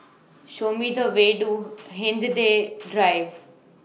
Show Me The Way to Hindhede Drive